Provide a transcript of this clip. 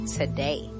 today